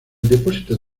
depósito